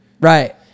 Right